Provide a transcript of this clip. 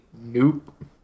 Nope